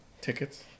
tickets